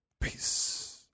peace